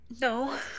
No